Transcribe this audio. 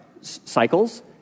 cycles